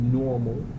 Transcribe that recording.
normal